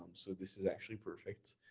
so this is actually perfect.